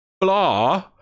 blah